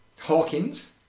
Hawkins